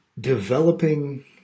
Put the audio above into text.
developing